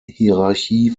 hierarchie